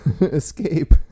Escape